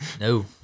No